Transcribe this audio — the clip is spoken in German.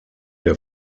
der